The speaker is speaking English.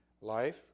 life